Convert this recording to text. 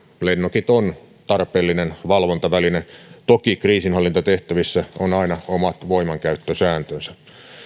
lennokit on tarpeellinen valvontaväline toki kriisinhallintatehtävissä on aina omat voimankäyttösääntönsä